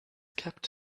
kept